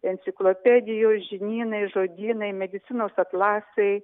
enciklopedijos žinynai žodynai medicinos atlasai